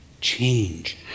Change